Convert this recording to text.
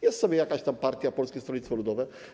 Jest sobie jakaś tam partia Polskie Stronnictwo Ludowe.